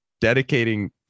dedicating